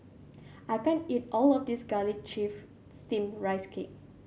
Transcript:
I can't eat all of this Garlic Chives Steamed Rice Cake